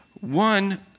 One